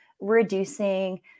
reducing